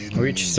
and reach so